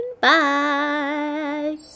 Bye